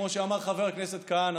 כמו שאמר חבר הכנסת כהנא,